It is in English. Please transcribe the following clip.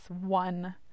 one